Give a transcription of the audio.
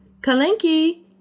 Kalenki